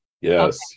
yes